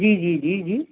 جی جی جی جی